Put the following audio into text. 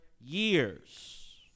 years